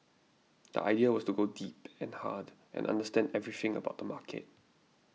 the idea was to go deep and hard and understand everything about the market